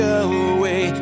away